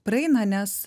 praeina nes